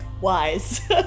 Wise